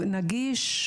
נגיש,